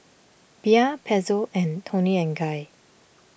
Bia Pezzo and Toni and Guy